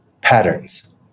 patterns